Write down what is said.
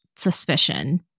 suspicion